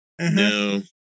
No